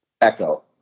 Echo